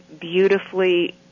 beautifully